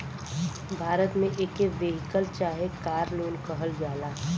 भारत मे एके वेहिकल चाहे कार लोन कहल जाला